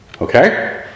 Okay